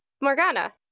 Morgana